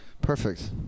perfect